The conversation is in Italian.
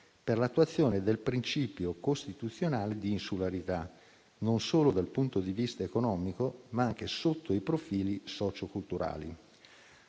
per l'attuazione del principio costituzionale di insularità non solo dal punto di vista economico, ma anche sotto i profili socioculturali.